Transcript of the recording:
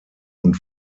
und